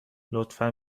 لطفا